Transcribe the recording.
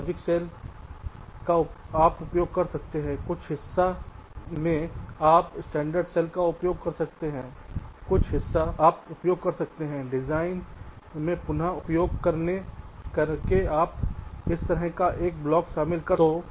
logic cell आप उपयोग कर सकते हैं कुछ हिस्सा में आप स्टैंडर्ड सेल का उपयोग कर सकते हैं कुछ हिस्सा संदर्भ समय 2457 आप उपयोग कर सकते हैं डिज़ाइन के पुन उपयोग का उपयोग करके आप उस तरह एक ब्लॉक शामिल कर सकते हैं